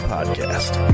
Podcast